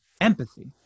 empathy